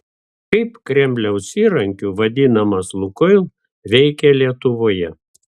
kaip kremliaus įrankiu vadinamas lukoil veikė lietuvoje